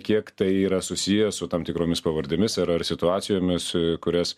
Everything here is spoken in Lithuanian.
kiek tai yra susiję su tam tikromis pavardėmis ar situacijomis kurias